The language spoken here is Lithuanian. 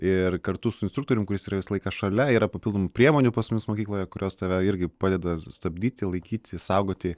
ir kartu su instruktorium kuris yra visą laiką šalia yra papildomų priemonių pas mus mokykloje kurios tave irgi padeda stabdyti laikyti saugoti